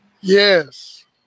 Yes